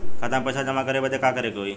खाता मे पैसा जमा करे बदे का करे के होई?